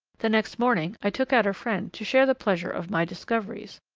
the next morning i took out a friend to share the pleasure of my discoveries.